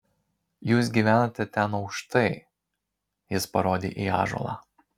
jūs gyvenate ten aukštai jis parodė į ąžuolą